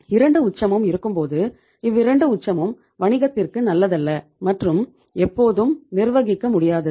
இரெண்டு உச்சமும் இருக்கும் பொது இவ்விரண்டு உச்சமும் வணிகத்திற்கு நல்லதல்ல மற்றும் எப்போதும் நிர்வகிக்க முடியாதது